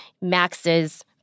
MAX's